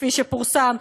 כפי שפורסם,